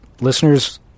Listeners